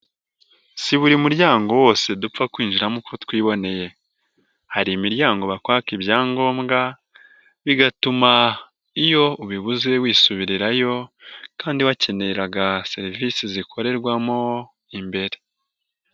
si buri muryango wose dupfa kwinjiramo uko twiboneye, hari imiryango bakwaka ibyangombwa bigatuma iyo ubibuze wisubirirayo kandi wakeneraga serivisi zikorerwamo imbere.